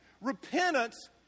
Repentance